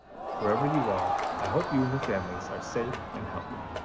wherever you are, i hope you and your families are safe and healthy.